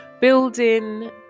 building